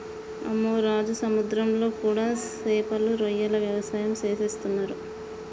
అమ్మె రాజు సముద్రంలో కూడా సేపలు రొయ్యల వ్యవసాయం సేసేస్తున్నరు